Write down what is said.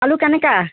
আলু কেনেকৈ